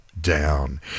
Down